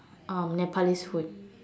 um nepalese food